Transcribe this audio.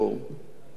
מקרה חמור.